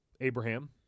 Abraham